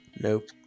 nope